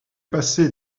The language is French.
passée